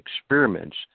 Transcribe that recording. experiments